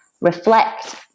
reflect